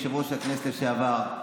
יושב-ראש הכנסת לשעבר,